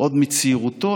עוד מצעירותו,